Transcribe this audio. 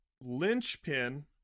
linchpin